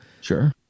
Sure